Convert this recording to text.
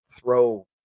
throw